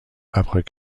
après